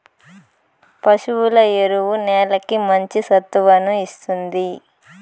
పశువుల ఎరువు నేలకి మంచి సత్తువను ఇస్తుంది